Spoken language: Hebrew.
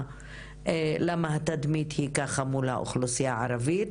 למה התדמית היא ככה מול האוכלוסייה הערבית.